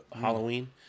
Halloween